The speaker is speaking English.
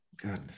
Goodness